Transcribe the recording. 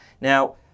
Now